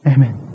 Amen